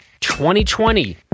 2020